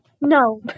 no